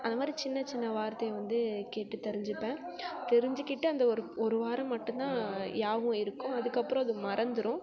அது மாதிரி சின்ன சின்ன வார்த்தையை வந்து கேட்டு தெரிஞ்சிப்பேன் தெரிஞ்சுக்கிட்டு அந்த ஒரு வாரம் மட்டும் தான் ஞாபகம் இருக்கும் அதுக்கு அப்பறம் அது மறந்திரும்